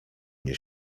mnie